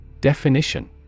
Definition